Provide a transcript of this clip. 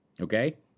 Okay